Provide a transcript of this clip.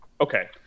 Okay